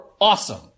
awesome